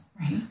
Right